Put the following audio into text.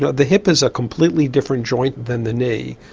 the hip is a completely different joint than the knee.